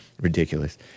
Ridiculous